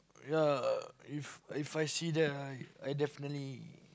ya if If I see that ah I definitely